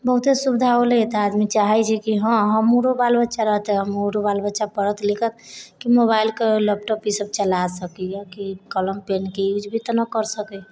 बहुते सुविधा होलै हऽ तऽ आदमी चाहै छै कि हऽ हमरो बाल बच्चा रहतै हमरो बाल बच्चा पढ़त लिखत कि मोबाइलके लैपटॉप ई सब चला सकैए कि कलम पेनके यूज भी तऽ नहि करऽ सकै